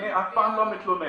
אני אף פעם לא מתלונן.